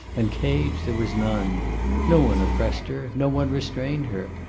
and cage there was none no one oppressed her, no one restrained her,